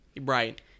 right